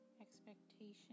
expectation